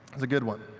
is a good one.